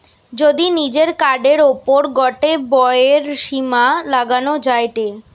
যদি নিজের কার্ডের ওপর গটে ব্যয়ের সীমা লাগানো যায়টে